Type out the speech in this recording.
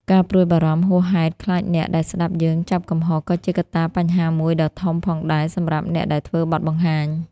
ការព្រួយបារម្ភហួសហេតុខ្លាចអ្នកដែលស្តាប់យើងចាប់កំហុស ក៏ជាកត្តាបញ្ហាមួយដ៏ធំផងដែរសម្រាប់អ្នកដែលធ្វើបទបង្ហាញ។